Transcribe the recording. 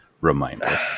reminder